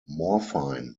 morphine